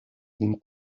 lin